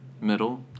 middle